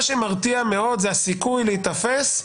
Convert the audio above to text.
מה שמרתיע מאוד זה הסיכוי להיתפס,